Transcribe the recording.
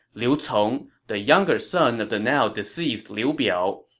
liu cong, the younger son of the now deceased liu biao,